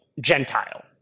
Gentile